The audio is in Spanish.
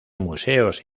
museos